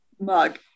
mug